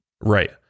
Right